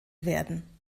werden